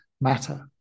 matter